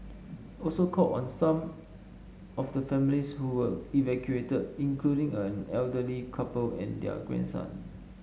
also called on some of the families who were evacuated including an elderly couple and their grandson